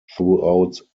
throughout